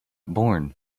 born